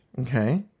Okay